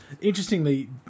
Interestingly